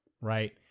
right